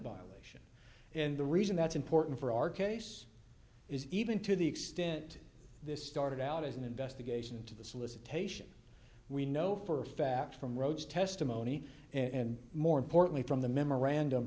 violation and the reason that's important for our case is even to the extent this started out as an investigation into the solicitation we know for fact from rhodes testimony and more importantly from the memorandum